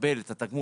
ולקבל את התגמול.